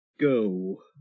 go